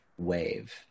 wave